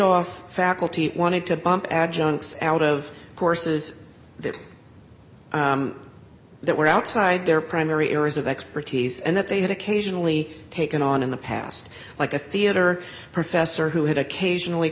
off faculty wanted to bump adjuncts out of courses that that were outside their primary areas of expertise and that they had occasionally taken on in the past like a theater professor who had occasionally